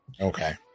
Okay